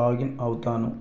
login అవుతాను